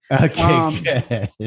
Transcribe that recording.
Okay